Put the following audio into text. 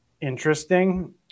interesting